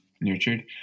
nurtured